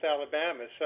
Alabama